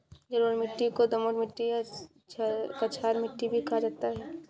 जलोढ़ मिट्टी को दोमट मिट्टी या कछार मिट्टी भी कहा जाता है